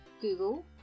Google